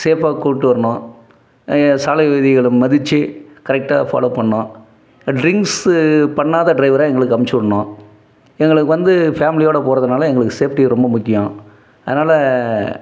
சேஃப்பாக கூட்டு வரணும் சாலை விதிகளை மதிச்சு கரெக்ட்டாக ஃபாலோவ் பண்ணும் ட்ரிங்க்ஸ்சு பண்ணாத ட்ரைவராக எங்களுக்கு அனுப்பிச்சிவிட்ணும் எங்களுக்கு வந்து ஃபேமிலியோட போகிறதுனால எங்களுக்கு சேஃப்டி ரொம்ப முக்கியம் அதனால்